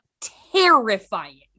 terrifying